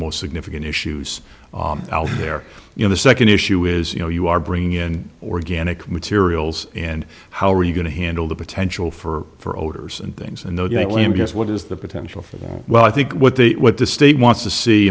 most significant issues out there you know the second issue is you know you are bringing in organic materials and how are you going to handle the potential for odors and things and though you claim yes what is the potential for well i think what they what the state wants to see